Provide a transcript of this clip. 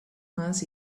miles